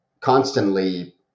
constantly